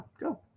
go